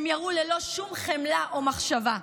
הם יירו ללא שום חמלה או מחשבה.